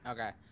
Okay